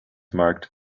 marked